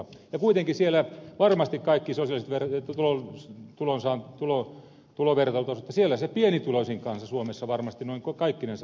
ja kuitenkin varmasti kaikki sosiaaliset tulovertailut osoittavat että siellä se suomen pienituloisin kansa varmasti kaikkinensa asuu